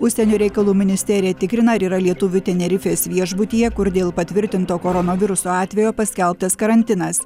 užsienio reikalų ministerija tikrina ar yra lietuvių tenerifės viešbutyje kur dėl patvirtinto koronaviruso atvejo paskelbtas karantinas